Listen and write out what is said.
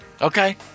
Okay